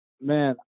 Man